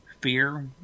fear